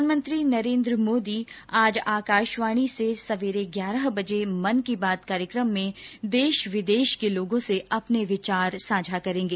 प्रधानमंत्री नरेन्द्र मोदी आकाशवाणी से आज सवेरे ग्यारह बजे मन की बात कार्यक्रम में देश विदेश के लोगों से अपने विचार साझा करेंगे